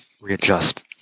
readjust